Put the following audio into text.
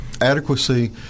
adequacy